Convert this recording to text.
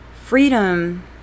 freedom